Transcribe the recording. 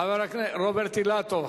חבר הכנסת רוברט אילטוב,